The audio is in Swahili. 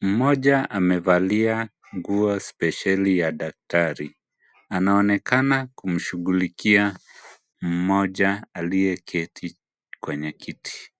Mmoja amevalia nguo sipesheli ya daktari. Anaonekana kumshughulikia mmoja aliyeketi kwenye kiti.